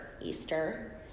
Easter